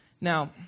Now